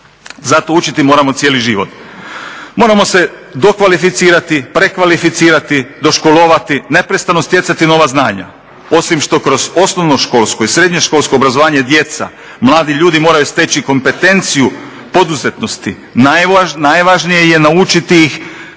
zato učiti moramo cijeli život. Moramo se dokvalificirati, prekvalificirati, doškolovati, neprestano stjecati nova znanja. Osim što kroz osnovnoškolsko i srednje školsko obrazovanje djeca, mladi ljudi moraju steći kompetenciju poduzetnosti. Najvažnije je naučiti ih